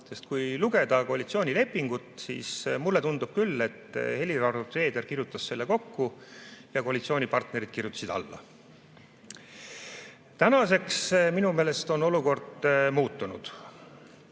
sest kui lugeda koalitsioonilepingut, siis mulle tundub küll, et Helir-Valdor Seeder kirjutas selle kokku ja koalitsioonipartnerid kirjutasid alla. Praegu on minu meelest on olukord muutunud.